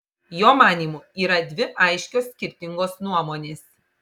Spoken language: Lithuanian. jo manymu yra dvi aiškios skirtingos nuomonės